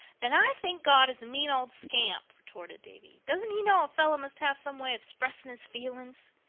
then i think god is a mean old scamp, retorted davy. doesn't he know a fellow must have some way of spressing his feelings?